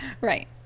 right